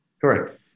Correct